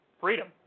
freedom